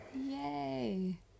yay